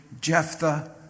Jephthah